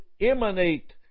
emanate